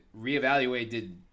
reevaluated